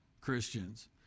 Christians